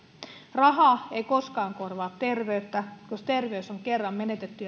raha ei koskaan korvaa terveyttä jos terveys ja työkyky on kerran menetetty